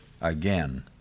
again